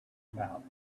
about